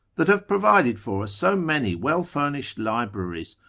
that have provided for us so many well-furnished libraries,